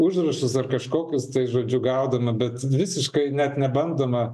užrašus ar kažkokius tai žodžiu gaudoma bet visiškai net nebandoma